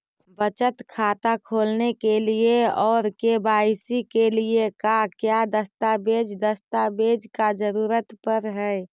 बचत खाता खोलने के लिए और के.वाई.सी के लिए का क्या दस्तावेज़ दस्तावेज़ का जरूरत पड़ हैं?